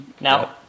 Now